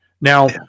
now